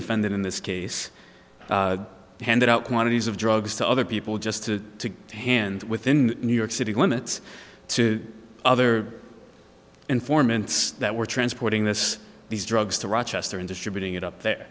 defendant in this case handed out quantities of drugs to other people just to hand within new york city limits to other informants that were transporting this these drugs to rochester and distributing it up there